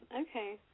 Okay